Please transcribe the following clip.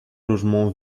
logements